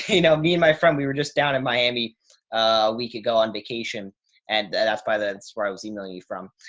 you know, me and my friend, we were just down in miami a week ago on vacation and that's why, that's why i was emailing you from.